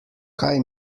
kaj